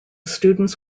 students